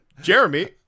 Jeremy